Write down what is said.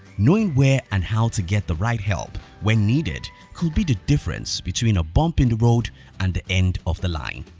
knowing where and how to get the right help when needed could be the difference between a bump in the road and the end of the line.